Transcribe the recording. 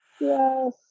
Yes